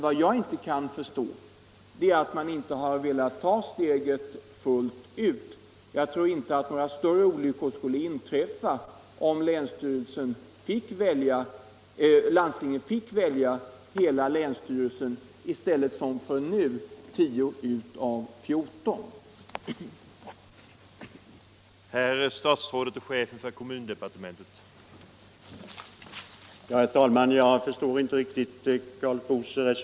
Vad jag inte Tisdagen den kan förstå är att man inte har velat ta steget fullt ut. Jag tror inte att 25 maj 1976 några större olyckor skulle inträffa om landstinget fick välja hela ——— länsstyrelsen i stället för, som det är nu, 10 av 14 ledamöter.